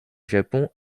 japon